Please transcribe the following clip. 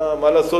מה לעשות,